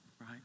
right